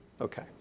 Okay